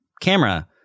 camera